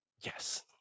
Yes